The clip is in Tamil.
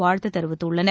வாழ்த்து தெரிவித்துள்ளனர்